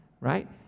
right